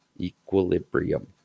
equilibrium